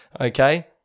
okay